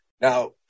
Now